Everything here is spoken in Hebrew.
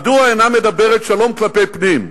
מדוע אינה מדברת שלום כלפי פנים?